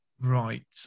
right